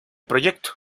proyecto